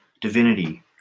Divinity